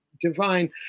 Divine